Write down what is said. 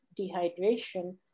dehydration